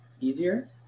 easier